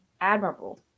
admirable